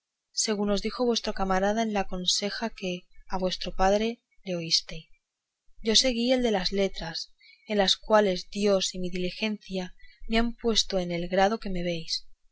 según os dijo vuestra camarada en la conseja que a vuestro parecer le oístes yo seguí el de las letras en las cuales dios y mi diligencia me han puesto en el grado que me veis